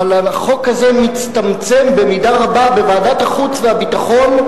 אבל החוק הזה מצטמצם במידה רבה בוועדת החוץ והביטחון,